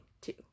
two